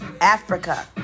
Africa